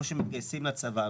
כמו שמתגייסים לצבא,